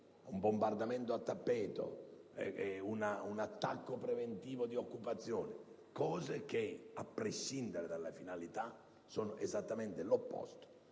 un bombardamento a tappeto, un attacco preventivo di occupazione: cose che, a prescindere dalle finalità, sono esattamente l'opposto